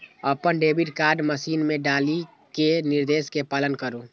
अपन debit card machine मे डालि कें निर्देश के पालन करु